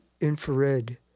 infrared